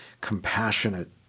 compassionate